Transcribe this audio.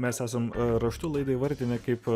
mes esam raštu laidą įvardina kaip